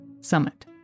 Summit